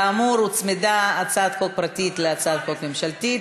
כאמור, הוצמדה הצעת חוק פרטית להצעת חוק הממשלתית.